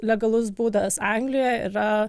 legalus būdas anglijoje yra